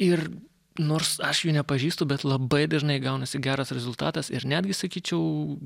ir nors aš jų nepažįstu bet labai dažnai gaunasi geras rezultatas ir netgi sakyčiau